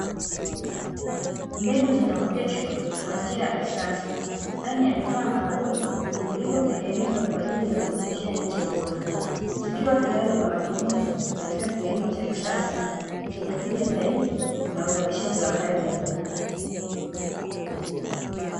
Mbegu zinaoteshwa kwa njia ya kisasa. Ndani ya vifaa maalum vilivyotengenezwa kwajili ya kuoteshea miche bora. Zikiwa tayari kwa matumizi katika kilimo cha kisasa, chenye tija zaidi na uzalishaji wa hali ya juu.